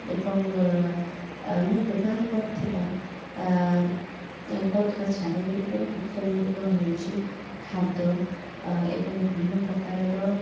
ଏବଂ ଆ ମୁଁ ବ୍ୟବହାର କରୁଥିବା ଆ କରୁଥିବା ଚାରାଗୁଡ଼ିକର ଉତ୍ସଗୁଡ଼ିକ ହେଉଛି ଖାଦ ଏବଂ ବିଭିନ୍ନ ପ୍ରକାରର